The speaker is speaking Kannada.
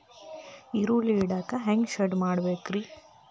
ಈರುಳ್ಳಿ ಇಡಾಕ ಹ್ಯಾಂಗ ಶೆಡ್ ಮಾಡಬೇಕ್ರೇ?